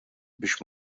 biex